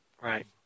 Right